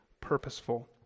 purposeful